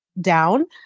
down